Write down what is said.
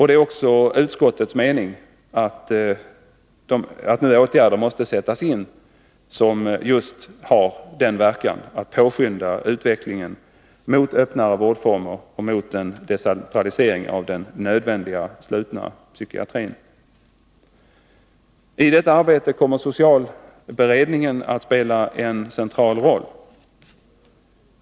Det är också utskottets mening att det är nu åtgärder måste sättas in som har just den verkan att påskynda utvecklingen mot öppnare vårdformer och mot decentralisering av den nödvändiga slutna psykiatrin. I detta arbete kommer socialberedningen att spela en central roll.